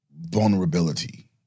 vulnerability